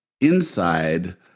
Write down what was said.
inside